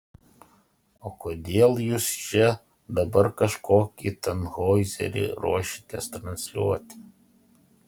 o kodėl jūs čia dabar kažkokį tanhoizerį ruošiatės transliuoti